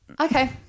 Okay